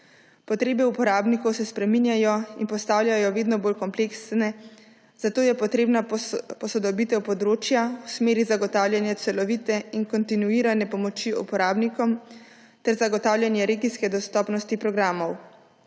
Potrebe uporabnikov se spreminjajo in postajajo vedno bolj kompleksne, zato je potrebna posodobitev področja v smeri zagotavljanja celovite in kontinuirane pomoči uporabnikom ter zagotavljanje regijske dostopnosti programov.